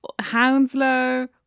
Hounslow